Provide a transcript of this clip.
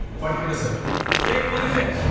forty meters, sir take positions